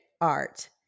art